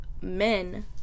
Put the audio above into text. men